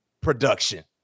production